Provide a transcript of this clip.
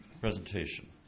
presentation